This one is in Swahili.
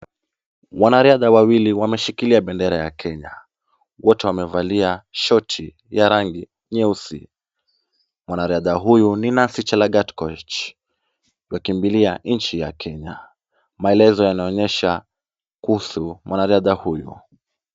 Wanariadha wawili wameshikilia bendera ya Kenya. Wote wamevalia shoti ya rangi nyeusi. Mwanariadha huyu ni Nancy Chelagat Koech, kakimbilia nchi ya Kenya. Maelezo yanaonyesha kuhusu mwanariadha huyu.